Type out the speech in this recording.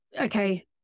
okay